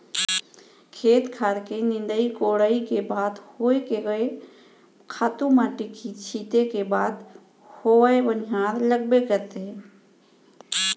खेत खार के निंदई कोड़ई के बात होय के खातू माटी छींचे के बात होवय बनिहार लगबे करथे